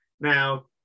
Now